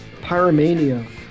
Pyromania